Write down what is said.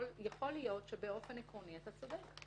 יכול להיות שבאופן עקרוני אתה צודק,